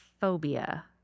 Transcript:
phobia